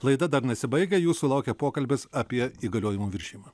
laida dar nesibaigia jūsų laukia pokalbis apie įgaliojimų viršijimą